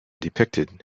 depicted